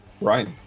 right